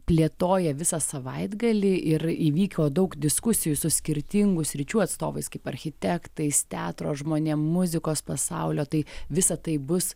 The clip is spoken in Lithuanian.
plėtoja visą savaitgalį ir įvyko daug diskusijų su skirtingų sričių atstovais kaip architektais teatro žmonėm muzikos pasaulio tai visa tai bus